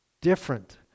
different